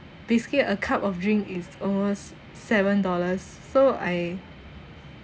basically a cup of drink is almost seven dollars so I